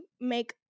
make